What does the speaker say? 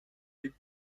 дэг